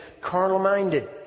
carnal-minded